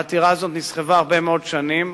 העתירה הזאת נסחבה הרבה מאוד שנים.